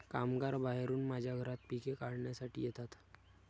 कामगार बाहेरून माझ्या घरात पिके काढण्यासाठी येतात